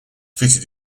fitted